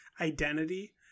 identity